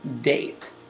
date